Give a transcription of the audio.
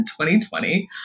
2020